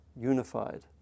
unified